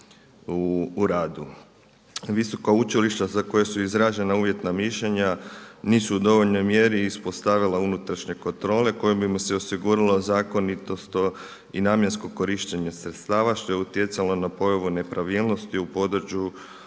u radu. Visoka učilišta za koje su izražena uvjetna mišljenja nisu u dovoljnoj mjeri ispostavila unutrašnje kontrole kojom bi mu se osigurala zakonitost i namjensko korištenje sredstava što je utjecalo na pojavu nepravilnosti u području